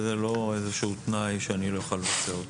זה לא איזשהו תנאי שאני לא אוכל לבצע אותו.